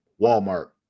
Walmart